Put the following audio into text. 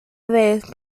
vez